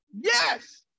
yes